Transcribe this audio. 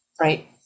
right